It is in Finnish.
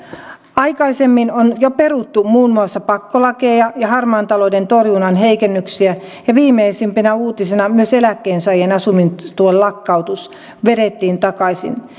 aikaisemmin on jo peruttu muun muassa pakkolakeja ja harmaan talouden torjunnan heikennyksiä ja viimeisimpänä uutisena myös eläkkeensaajien asumistuen lakkautus vedettiin takaisin